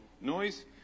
noise